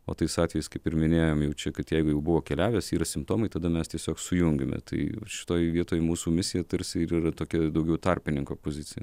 o tais atvejais kaip ir minėjom jau čia kad jeigu jau buvo keliavęs yra simptomai tada mes tiesiog sujungiame tai šitoj vietoj mūsų misija tarsi ir yra tokia daugiau tarpininko pozicija